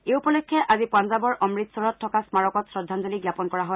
এই উপলক্ষে আজি পাঞ্জাৱৰ অমৃতসৰত থকা স্মাৰকত শ্ৰদ্ধাঞ্জলি জাপন কৰা হয়